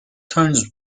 turns